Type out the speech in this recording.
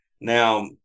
now